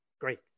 Great